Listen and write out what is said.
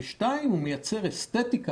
והוא מייצר אסתטיקה